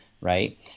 right